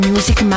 Music